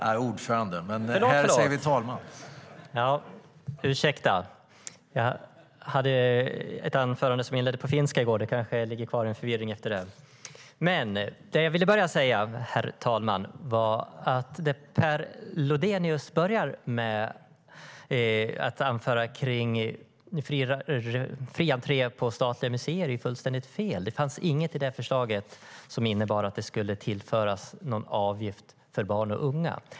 Herr ordförande! Först vill jag säga något kort. Vad sa jag? Förlåt! Ursäkta. Jag hade ett anförande som jag inledde på finska i går. Det kanske ligger kvar en förvirring efter det. Herr talman! Vad jag ville börja med att säga var att det som Per Lodenius inledde med att anföra om fri entré på statliga museer är fullständigt fel. Det fanns inget i förslaget som innebar att det skulle tillföras någon avgift för barn och unga.